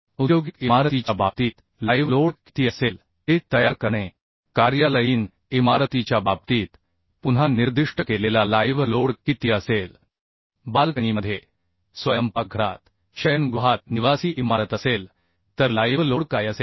औद्योगिक इमारतीच्या बाबतीत लाईव्ह लोड किती असेल ते तयार करणे कार्यालयीन इमारतीच्या बाबतीत पुन्हा निर्दिष्ट केलेला लाईव्ह लोड किती असेल बाल्कनीमध्ये स्वयंपाकघरात शयनगृहात निवासी इमारत असेल तर लाईव्ह लोड काय असेल